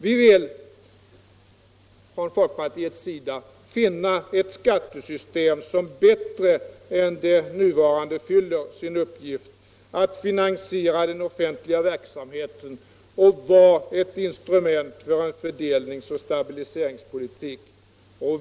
Vi vill från folkpartiets sida finna ett skattesystem som bättre än det nuvarande fyller sin uppgift att finansiera den offentliga verksamheten och vara ett instrument för en fördelningsoch stabiliseringspolitik.